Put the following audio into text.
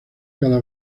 cada